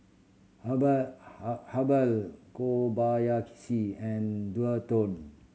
Habhal Habhal and Dualtron